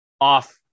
off